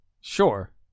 Sure